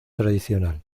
tradicional